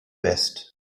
west